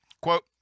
Quote